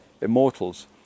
immortals